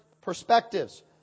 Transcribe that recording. perspectives